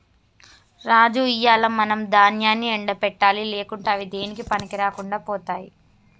రాజు ఇయ్యాల మనం దాన్యాన్ని ఎండ పెట్టాలి లేకుంటే అవి దేనికీ పనికిరాకుండా పోతాయి